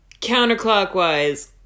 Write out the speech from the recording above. counterclockwise